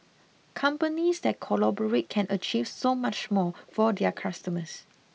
companies that collaborate can achieve so much more for their customers